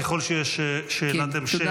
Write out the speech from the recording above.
ככל שיש שאלת המשך, נאפשר.